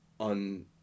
on